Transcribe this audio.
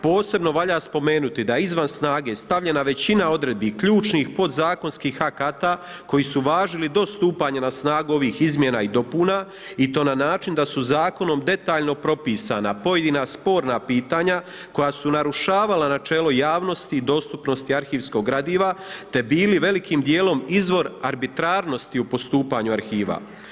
Posebno valja spomenuti da je izvan snage stavljena većina odredbi ključnih podzakonskih akata koji su važili do stupanja na snagu ovih izmjena i dopuna i to na način da su zakonom detaljno propisana pojedina sporna pitanja koja su narušavala načelo javnosti i dostupnosti arhivskog gradiva, te bili velikim dijelom izvor arbitrarnosti u postupanju arhiva.